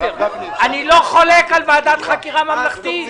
אני לא חולק על הקמת ועדת חקירה ממלכתית.